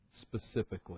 specifically